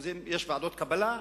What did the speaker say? יש ועדות קבלה,